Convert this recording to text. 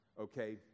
okay